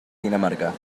dinamarca